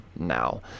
now